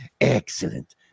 excellent